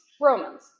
Romans